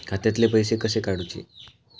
खात्यातले पैसे कसे काडूचे?